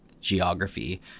geography